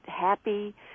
happy